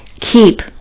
keep